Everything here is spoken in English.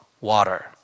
water